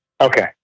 Okay